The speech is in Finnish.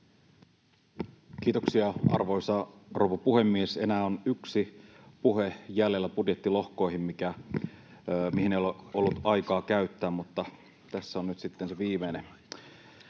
Kiitoksia, arvoisa rouva puhemies! Enää on yksi puhe jäljellä budjettilohkoihin, mihin ei ole ollut aikaa käyttää, mutta tässä on nyt se viimeinen.